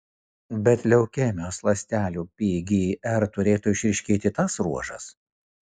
bet leukemijos ląstelių pgr turėtų išryškėti tas ruožas